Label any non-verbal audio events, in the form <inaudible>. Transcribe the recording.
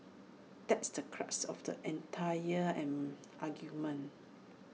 that's the crux of the entire <hesitation> argument